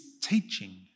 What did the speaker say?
teaching